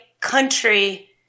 country